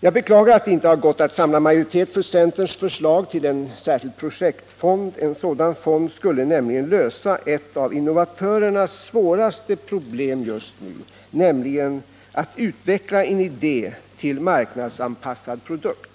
Jag beklagar att det inte har gått att samla majoritet för centerns förslag till en särskild projektfond. En sådan fond skulle nämligen lösa ett av innovatörernas svåraste problem just nu, nämligen att utveckla en idé till en marknadsanpassad produkt.